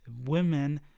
women